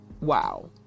Wow